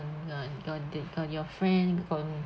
on on on on your your friend on